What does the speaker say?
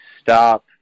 stop